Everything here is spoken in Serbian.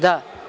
Da.